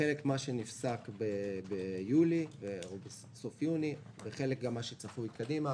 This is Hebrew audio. חלק הוא מה שנפסק ביולי או בסוף יוני וחלק הוא מה שצפוי קדימה,